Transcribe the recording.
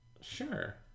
Sure